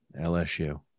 LSU